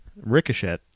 Ricochet